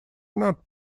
not